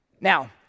Now